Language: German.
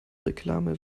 reklame